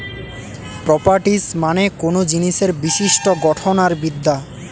properties মানে কোনো জিনিসের বিশিষ্ট গঠন আর বিদ্যা